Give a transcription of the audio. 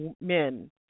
Men